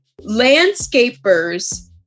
Landscapers